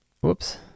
whoops